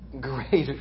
greater